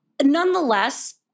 Nonetheless